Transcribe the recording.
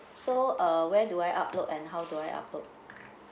so uh where do I upload and how do I upload